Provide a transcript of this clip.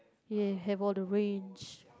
have all the range